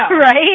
Right